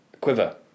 Quiver